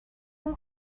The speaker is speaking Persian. اون